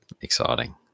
exciting